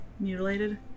Mutilated